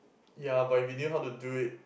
ya but if you knew how to do it